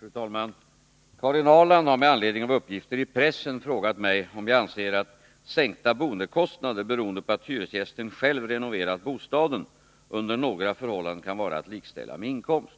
Fru talman! Karin Ahrland har med anledning av uppgifter i pressen frågat mig om jag anser att sänkta boendekostnader beroende på att hyresgästen själv renoverat bostaden under några förhållanden kan vara att likställa med inkomst.